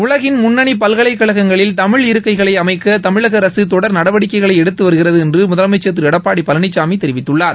உலகின் முன்னணி பல்கலைக்கழகங்களில் தமிழ் இருக்கைகளை அமைக்க தமிழக அரசு தொடர் நடவடிக்கை எடுத்து வருகிறது என்று முதலமைச்சர் திரு எடப்பாடி பழனிசாமி தெரிவித்துள்ளார்